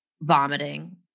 vomiting